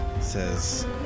Says